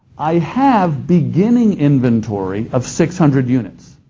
i have beginning inventory of six hundred units.